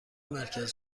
مرکز